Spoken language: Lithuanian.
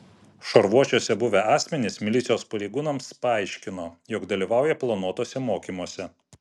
šarvuočiuose buvę asmenys milicijos pareigūnams paaiškino jog dalyvauja planuotuose mokymuose